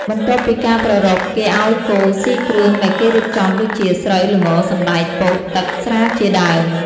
បន្ទាប់ពីការប្រារព្ធ គេឪ្យគោស៊ីគ្រឿងដែលគេរៀបចំដូចជា ស្រូវ ល្ង សណ្ដែក ពោត ទឹក ស្រាជាដើម។